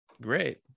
great